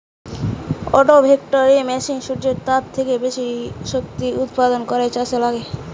agro voltaic মেশিনে সূর্যের আলো থেকে শক্তি উৎপাদন করে চাষে লাগে